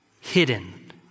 hidden